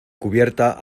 cubierta